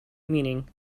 meaning